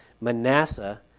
Manasseh